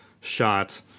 shot